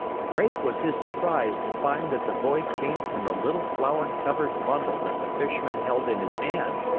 great was his surprise to find that the voice came from the little flour-covered bundle that the fisherman held in his hand.